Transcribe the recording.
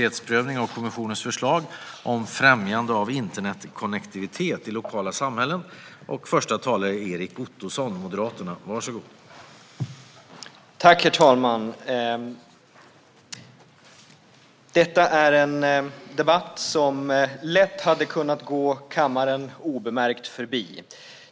Herr talman! Detta är en debatt som lätt hade kunnat gå kammaren obemärkt förbi.